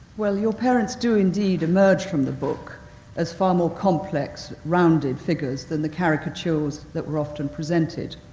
well, your parents do, indeed, emerge from the book as far more complex, rounded figures than the caricatures that we're often presented.